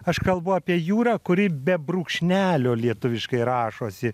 aš kalbu apie jūrą kuri be brūkšnelio lietuviškai rašosi